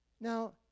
Now